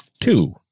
Two